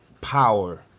power